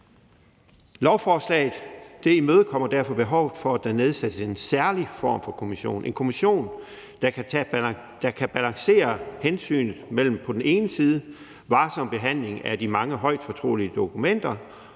Lovforslaget imødekommer derfor behovet for, at der nedsættes en særlig form for kommission, nemlig en kommission, der kan balancere hensynet mellem på den ene side en varsom behandling af de mange højt fortrolige dokumenter